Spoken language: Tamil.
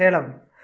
சேலம்